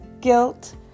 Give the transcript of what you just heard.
guilt